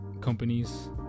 companies